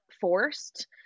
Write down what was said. forced